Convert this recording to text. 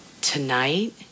tonight